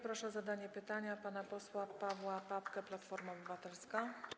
Proszę o zadanie pytania pana posła Pawła Papkego, Platforma Obywatelska.